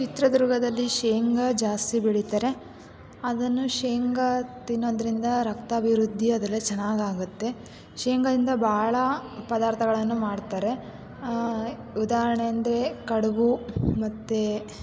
ಚಿತ್ರದುರ್ಗದಲ್ಲಿ ಶೇಂಗ ಜಾಸ್ತಿ ಬೆಳೀತಾರೆ ಅದನ್ನು ಶೇಂಗ ತಿನ್ನೋದ್ರಿಂದ ರಕ್ತಾಭಿವೃದ್ದಿ ಅದೆಲ್ಲ ಚೆನ್ನಾಗಿ ಆಗತ್ತೆ ಶೇಂಗದಿಂದ ಭಾಳ ಪದಾರ್ಥಗಳನ್ನು ಮಾಡ್ತಾರೆ ಉದಾಹರಣೆ ಅಂದರೆ ಕಡುಬು ಮತ್ತೆ